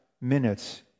minutes